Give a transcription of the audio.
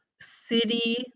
city